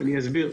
אני אסביר.